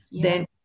then-